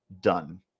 done